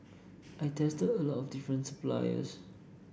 I tested a lot of different suppliers